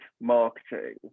marketing